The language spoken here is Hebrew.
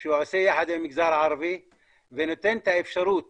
שהוא עושה ביחד עם המגזר הערבי ונותן את האפשרות